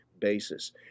basis